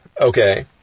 okay